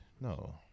No